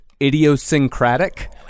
idiosyncratic